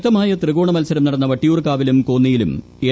ശക്തമായ ത്രികോണ മൽസരം നടന്ന വട്ടിയൂർക്കാവിലും കോന്നിയിലും എൽ